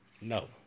No